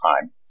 time